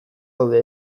daude